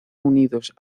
unidos